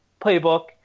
playbook